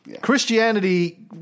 Christianity